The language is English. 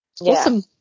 Awesome